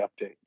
update